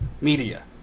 media